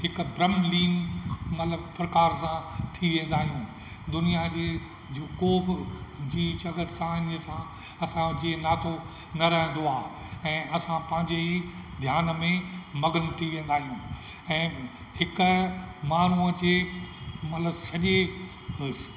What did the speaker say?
हिक ब्रह्मलीन मतिलबु प्रकार सां थी वेंदा आहियूं दुनिया जे को बि जी जॻत सां इन सां असां जो नातो न रहंदो आहे ऐं असां पंहिंजे ई ध्यान में मगन थी वेंदा आहियूं ऐं हिक माण्हूंअ जे मतिलबु सॼे